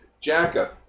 Jacka